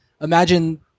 Imagine